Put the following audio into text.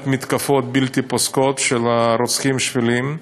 מתקפות בלתי פוסקות של רוצחים שפלים,